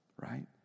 right